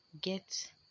get